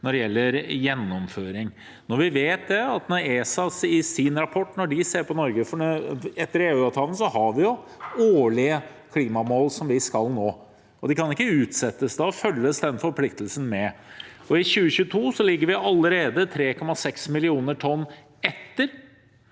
det gjelder gjennomføring, når vi vet hvordan ESA i sin rapport ser på Norge. Etter EU-avtalen har vi årlige klimamål som vi skal nå. De kan ikke utsettes. Da følger den forpliktelsen med. I 2022 ligger vi allerede 3,6 millioner tonn etter.